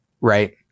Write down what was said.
right